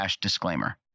disclaimer